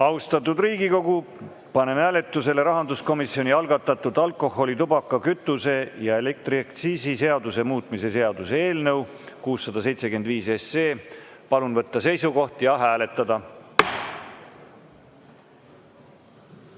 Austatud Riigikogu, panen hääletusele rahanduskomisjoni algatatud alkoholi‑, tubaka‑, kütuse‑ ja elektriaktsiisi seaduse muutmise seaduse eelnõu 675. Palun võtta seisukoht ja hääletada!